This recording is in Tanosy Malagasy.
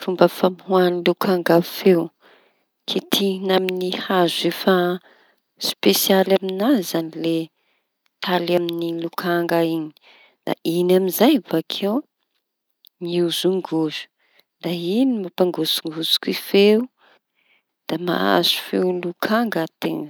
Ny fomba famokarany lokanga feo. Lokangy zañy da mamoaka feo no fa kitihi-teña amin'ny hazo efa spesialy amiñazy zañy taly amy lokanga iñy. Da amizay bakeo miozongozo da iñy mampangotsokotsoky feo da mahazo feo lokanga teña.